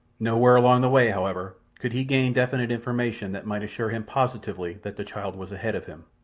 nowhere along the way, however, could he gain definite information that might assure him positively that the child was ahead of him.